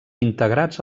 integrats